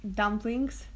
dumplings